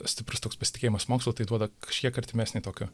stiprus toks pasitikėjimas mokslu tai duoda kažkiek artimesnį tokiu